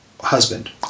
husband